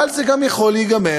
אבל זה גם יכול להיגמר.